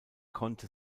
konnte